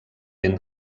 ben